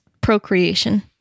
procreation